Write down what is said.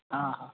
हाँ हाँ